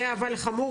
זה אבל חמור,